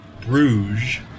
Bruges